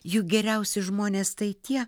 juk geriausi žmonės tai tie